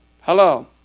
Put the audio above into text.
Hello